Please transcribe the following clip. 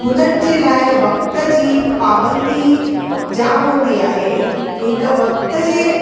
हुननि जे लाइ वक़्त जी पाबंदी जाम हूंदी आहे की हिकु वक़्त जे